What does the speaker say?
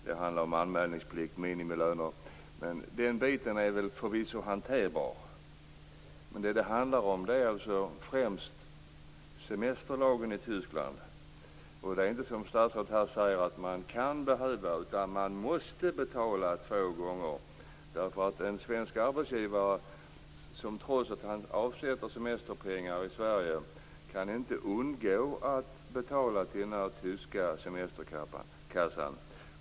Det handlar då om anmälningsplikt och minimilöner. Den biten är förvisso hanterbar. Vad det handlar om är främst den tyska semesterlagen. Det är inte så som statsrådet här säger, alltså att man kan behöva, utan man måste betala två gånger. En svensk arbetsgivare kan inte, trots att han avsätter semesterpengar i Sverige, undgå att betala till den tyska semesterkassan.